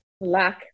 luck